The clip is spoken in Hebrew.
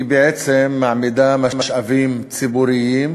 היא בעצם מעמידה משאבים ציבוריים,